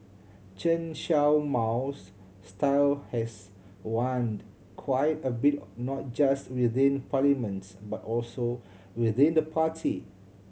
Chen Show Mao's style has waned quite a bit not just within parliaments but also within the party